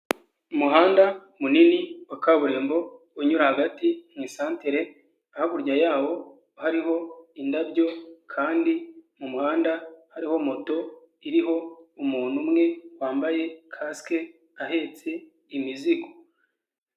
Umuhanda munini wa kaburimbo unyura hagati mu isantere, hakurya yawo hariho indabyo kandi mu muhanda hariho moto iriho umuntu umwe wambaye kasike ahetse imizigo.